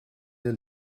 der